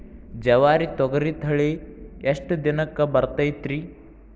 ಜವಾರಿ ತೊಗರಿ ತಳಿ ಎಷ್ಟ ದಿನಕ್ಕ ಬರತೈತ್ರಿ?